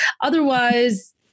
otherwise